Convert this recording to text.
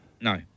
No